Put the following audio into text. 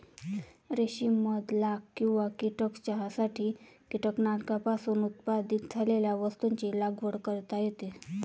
रेशीम मध लाख किंवा कीटक चहासाठी कीटकांपासून उत्पादित केलेल्या वस्तूंची लागवड करता येते